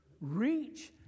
reach